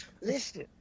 Listen